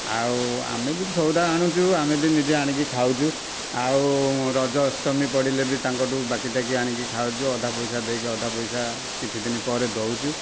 ଆଉ ଆମେ ବି ସଉଦା ଆଣୁଛୁ ଆମେ ବି ନିଜେ ଆଣିକି ଖାଉଛୁ ଆଉ ରଜ ଅଷ୍ଟମୀ ପଡ଼ିଲେ ବି ତାଙ୍କ ଠାରୁ ବାକି ତାକି ଆଣିକି ଖାଉଛୁ ଅଧା ପଇସା ଦେଇକି ଅଧା ପଇସା କିଛି ଦିନ ପରେ ଦେଉଛୁ